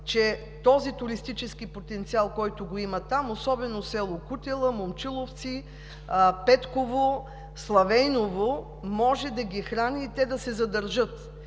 че този туристически потенциал, който го има там, особено в селата Кутела, Момчиловци, Петково, Славяново, може да ги храни и те да се задържат.